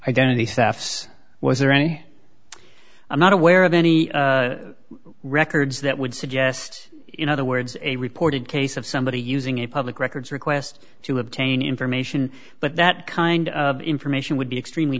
identity thefts was there any i'm not aware of any records that would suggest in other words a reported case of somebody using a public records request to obtain information but that kind of information would be extremely